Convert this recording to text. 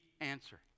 answer